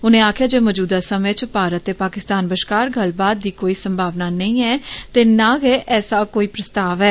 उनें आक्खेआ जे मौजूदा समें च भारत ते पाकिस्तान बश्कार गल्लबात दी कोई संभावना नेई ऐ ते नांऽ गै ऐसा कोई प्रस्ताव ऐ